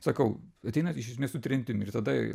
sakau ateina iš esmės su tremtim ir tada